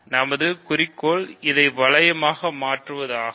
நமது குறிக்கோள் இதை வளையமாக மாற்றுவதாகும்